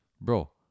bro